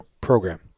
program